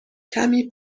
کمی